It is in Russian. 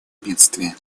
бедствия